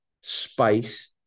space